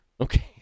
Okay